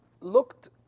looked